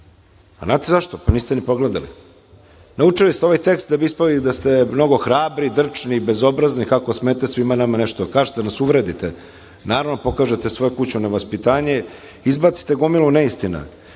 li znate zašto? Pa, niste ni pogledali. Naučili ste ovaj tekst da bi ispalo da ste mnogo hrabri, drčni i bezobrazni, kako smete svima nama nešto da kažete, da nas uvredite, pokažete svoje kućno nevaspitanje, izbacite gomilu neistina. Prosto